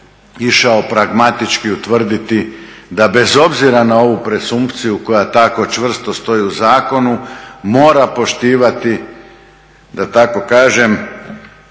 išao pragmatički utvrdio da bez obzira na ovu presumpciju koja tako čvrsto stoji u zakonu mora poštivati da tako kažem